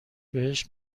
بهش